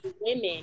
women